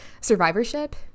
survivorship